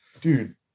Dude